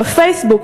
בפייסבוק,